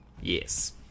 Yes